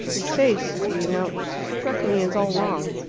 his face, do you know, struck me as all wrong.